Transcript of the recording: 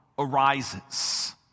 arises